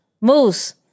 Moose